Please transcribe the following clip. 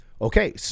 Okay